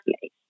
place